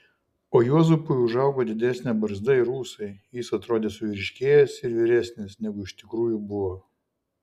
o juozapui užaugo didesnė barzda ir ūsai jis atrodė suvyriškėjęs ir vyresnis negu iš tikrųjų buvo